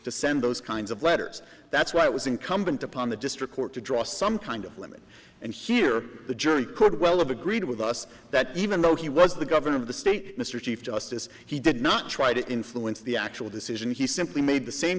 to send those kinds of letters that's why it was incumbent upon the district court to draw some kind of limit and here the jury well of agreed with us that even though he was the governor of the state mr chief justice he did not try to influence the actual decision he simply made the same